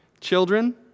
Children